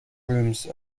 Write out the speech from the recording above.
rooms